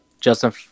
Justin